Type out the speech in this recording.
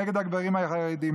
נגד הגברים החרדים,